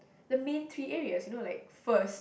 the main three areas you know like first